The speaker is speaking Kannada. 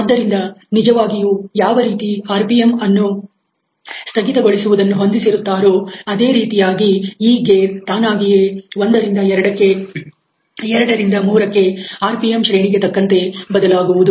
ಆದ್ದರಿಂದ ನಿಜವಾಗಿಯೂ ಯಾವ ರೀತಿ ಆರ್ ಪಿ ಎಂ ಅನ್ನು ಸ್ಥಗಿತಗೊಳಿಸುವುದನ್ನು ಹೊಂದಿಸಿರುತ್ತಾರೋ ಅದೇ ರೀತಿಯಾಗಿ ಈ ಗೇರ್ ತಾನಾಗಿಯೇ ಒಂದರಿಂದ ಎರಡಕ್ಕೆ ಎರಡರಿಂದ ಮೂರಕ್ಕೆ ಆರ್ ಪಿ ಎಂ ಶ್ರೇಣಿಗೆ ತಕ್ಕಂತೆ ಬದಲಾಗುವುದು